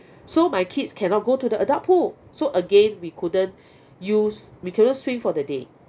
so my kids cannot go to the adult pool so again we couldn't use we couldn't swim for the day